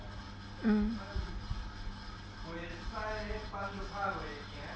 mm